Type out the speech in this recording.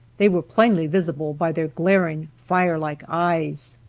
they were plainly visible by their glaring, fire-like eyes.